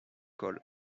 called